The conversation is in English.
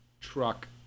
truck